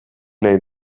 nahi